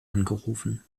angerufen